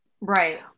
right